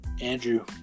Andrew